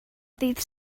ddydd